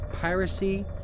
piracy